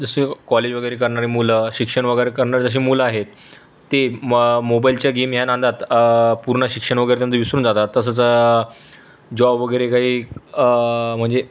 जसे कॉलेज वगैरे करणारी मुलं शिक्षण वगैरे करणारी जशी मुलं आहेत ती म मोबाईलच्या गेम या नादात पूर्ण शिक्षण वगैरे त्यांचं विसरून जातात तसंच जॉब वगैरे काही म्हणजे